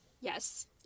Yes